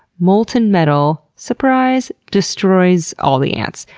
molten metal surprise! destroys all the ants,